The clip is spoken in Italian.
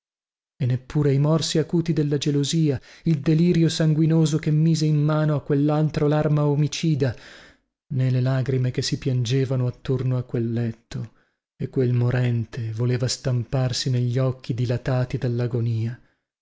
e neppure i morsi acuti della mia gelosia il delirio sanguinoso che mise in mano larma omicida in quellandito buio nè le lagrime che si piangevano attorno al mio letto e cercavo di stamparmi negli occhi dilatati dallagonia